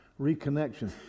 reconnection